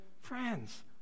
Friends